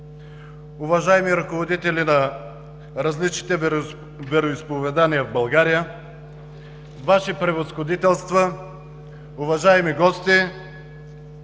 уважаеми ръководители на различните вероизповедания в България, Ваши превъзходителства, уважаеми гости,